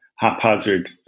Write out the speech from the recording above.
haphazard